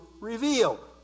revealed